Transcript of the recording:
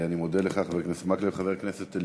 אני מודה לך, חבר הכנסת מקלב.